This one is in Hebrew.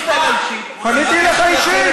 אמרת: חבר הכנסת קיש, פנית אלי אישית,